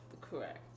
Correct